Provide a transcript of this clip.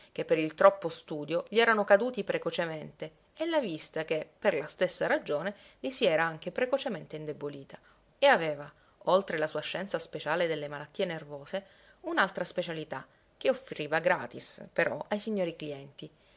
che per il troppo studio gli erano caduti precocemente e la vista che per la stessa ragione gli si era anche precocemente indebolita e aveva oltre la sua scienza speciale delle malattie nervose un'altra specialità che offriva gratis però ai signori clienti